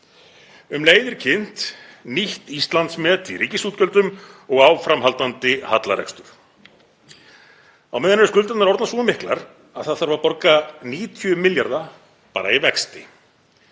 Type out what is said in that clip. Um leið er kynnt nýtt Íslandsmet í ríkisútgjöldum og áframhaldandi hallarekstur. Á meðan eru skuldirnar orðnar svo miklar að það þarf að borga 90 milljarða bara í vexti.